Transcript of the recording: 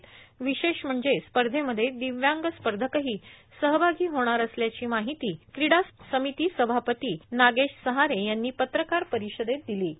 र्विशेष म्हणजे स्पधमध्ये दिव्यांग स्पधकहो सहभागी होणार असल्याची मार्ाहती क्रीडा र्सामती सभापती नागेश सहारे यांनी पत्रकार पर्वारषदेत दिलो